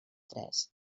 tres